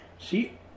See